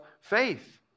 faith